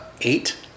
eight